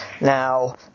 Now